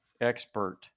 expert